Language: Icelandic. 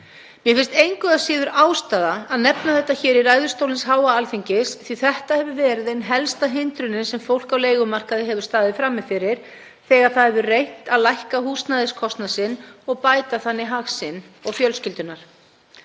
Mér finnst engu að síður ástæða að nefna þetta hér í ræðustól hins háa Alþingis því að þetta hefur verið ein helsta hindrunin sem fólk á leigumarkaði hefur staðið frammi fyrir þegar það hefur reynt að lækka húsnæðiskostnað sinn og bæta þannig hag sinn og fjölskyldunnar.